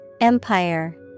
Empire